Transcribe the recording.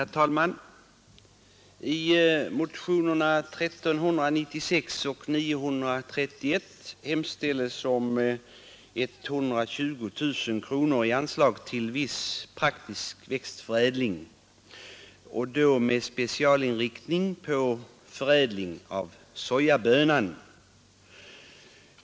Herr talman! I motionerna 1396 och 931 hemställs om 120 000 kronor i anslag till viss praktisk växtförädling och då med specialinriktning på förädling av sojabönan.